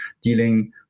dealing